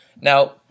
Now